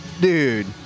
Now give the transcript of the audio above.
dude